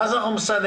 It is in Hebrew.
ואז אנחנו מסננים.